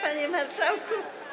Panie Marszałku!